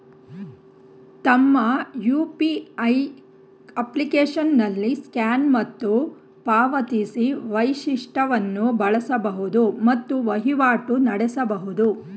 ತಮ್ಮ ಯು.ಪಿ.ಐ ಅಪ್ಲಿಕೇಶನ್ನಲ್ಲಿ ಸ್ಕ್ಯಾನ್ ಮತ್ತು ಪಾವತಿಸಿ ವೈಶಿಷ್ಟವನ್ನು ಬಳಸಬಹುದು ಮತ್ತು ವಹಿವಾಟು ನಡೆಸಬಹುದು